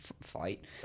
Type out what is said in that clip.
Fight